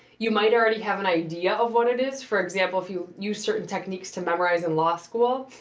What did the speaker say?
you might already have an idea of what it is. for example, if you use certain techniques to memorize in law school,